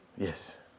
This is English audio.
Yes